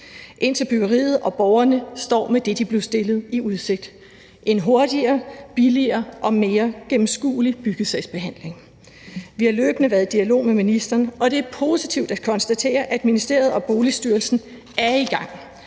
indtil byggeriet og borgerne står med det, de blev stillet i udsigt: en hurtigere, billigere og mere gennemskuelig byggesagsbehandling. Vi har løbende været i dialog med ministeren, og det er positivt at konstatere, at ministeriet og Bolig- og Planstyrelsen er i gang,